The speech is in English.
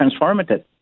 transformative